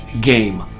game